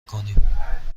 کنیم